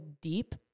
deep